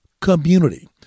Community